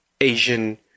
Asian